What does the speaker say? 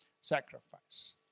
sacrifice